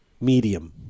medium